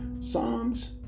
Psalms